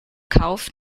kauf